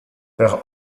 der